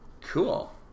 Cool